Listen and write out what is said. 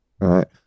right